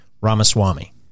Ramaswamy